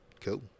Cool